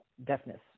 deafness